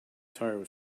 tire